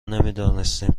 نمیدانستیم